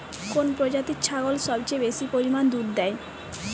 কোন প্রজাতির ছাগল সবচেয়ে বেশি পরিমাণ দুধ দেয়?